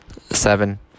Seven